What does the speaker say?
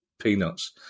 peanuts